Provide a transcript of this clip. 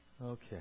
Okay